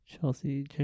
Chelsea